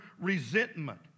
resentment